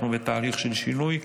אנחנו בתהליך של שינוי,